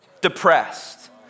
depressed